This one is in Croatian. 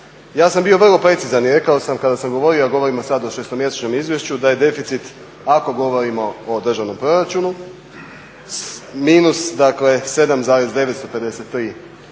Ja sam bio vrlo precizan i rekao sam kada sam govorio, a govorimo sad o 6-mjesečnom izvješću, da je deficit ako govorimo o državnom proračunu minus dakle -7,953